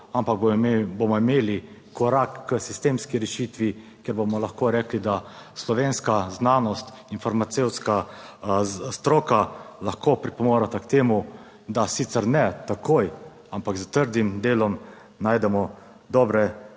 ampak bomo imeli korak k sistemski rešitvi, ker bomo lahko rekli, da slovenska znanost in farmacevtska stroka lahko pripomoreta k temu, da, sicer ne takoj, ampak s trdim delom najdemo dobre